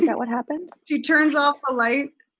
but what happened? she turns off the light,